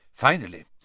Finally